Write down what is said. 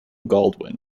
gladwin